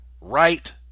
right